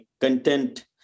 content